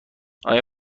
آیا